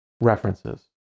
references